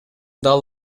дал